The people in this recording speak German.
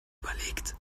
überlegt